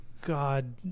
God